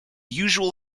usual